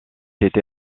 été